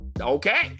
Okay